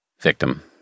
victim